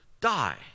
die